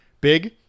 big